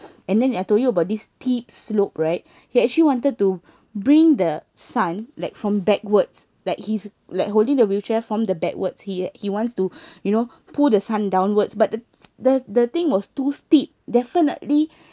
and then I told you about this steep slope right he actually wanted to bring the son like from backwards like he's like holding the wheelchair from the backwards he he wants to you know pull the son downwards but the the the thing was too steep definitely